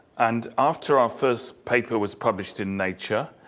and after our first paper was published in nature,